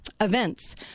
Events